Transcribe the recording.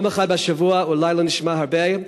יום אחד בשבוע אולי לא נשמע הרבה,